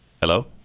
Hello